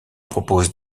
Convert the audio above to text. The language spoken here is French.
propose